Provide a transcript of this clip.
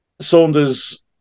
Saunders